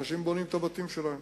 אנשים בונים את הבתים שלהם.